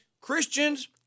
Christians